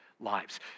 lives